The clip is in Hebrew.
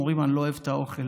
אומרים: אני לא אוהב את האוכל.